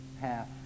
half